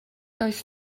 does